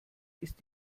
ist